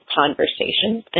conversations